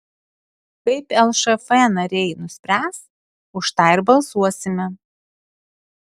kaip lšf nariai nuspręs už tą ir balsuosime